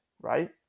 right